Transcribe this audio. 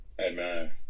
Amen